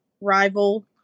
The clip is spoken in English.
rival